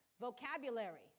vocabulary